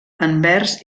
anvers